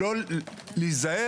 יש להיזהר.